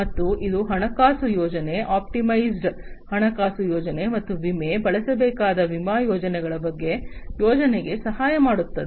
ಮತ್ತು ಇದು ಹಣಕಾಸು ಯೋಜನೆ ಆಪ್ಟಿಮೈಸ್ಡ್ ಹಣಕಾಸು ಯೋಜನೆ ಮತ್ತು ವಿಮೆ ಬಳಸಬೇಕಾದ ವಿಮಾ ಯೋಜನೆಗಳ ಬಗ್ಗೆ ಯೋಜನೆಗೆ ಸಹಾಯ ಮಾಡುತ್ತದೆ